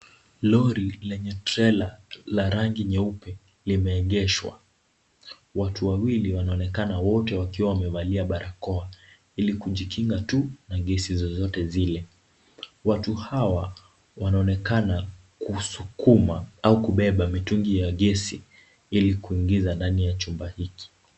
Lori lenye trela la rangi nyeupe, limeegeshwa. Watu wawili wanaonekana wote wakiwa wamevalia barakoa, ili kujikinga tu na gesi zozote zile. Watu hawa wanaonekana kusukuma au kubeba mitungi ya gesi, ili kuingiza ndani ya chumba hiki.